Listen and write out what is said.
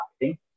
marketing